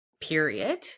period